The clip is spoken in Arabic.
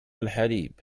الحليب